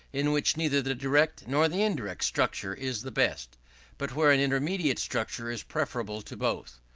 in which neither the direct nor the indirect structure is the best but where an intermediate structure is preferable to both.